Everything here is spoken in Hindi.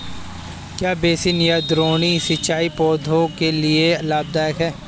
क्या बेसिन या द्रोणी सिंचाई पौधों के लिए लाभदायक है?